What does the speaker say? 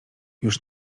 już